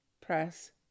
press